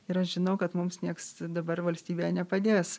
ir aš žinau kad mums nieks dabar valstybėje nepadės